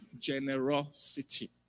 generosity